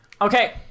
Okay